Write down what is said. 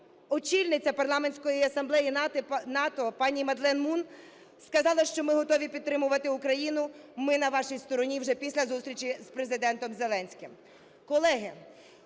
Очільниця Парламентської асамблеї НАТО пані Мадлен Мун сказала, що "ми готові підтримувати Україну, ми на вашій стороні", вже після зустрічі з Президентом Зеленським.